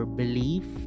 belief